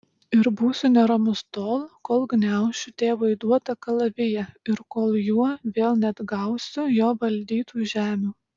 ir būsiu neramus tol kol gniaušiu tėvo įduotą kalaviją ir kol juo vėl neatgausiu jo valdytų žemių